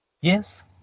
Yes